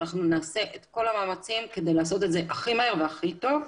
אנחנו נעשה את כל המאמצים כדי לעשות את זה הכי מהר והכי טוב.